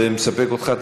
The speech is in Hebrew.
זה מספק אותך?